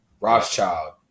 Rothschild